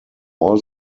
all